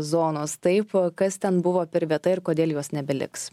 zonos taip kas ten buvo per vieta ir kodėl jos nebeliks